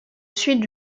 sud